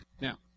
now